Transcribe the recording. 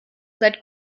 seit